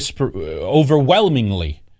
overwhelmingly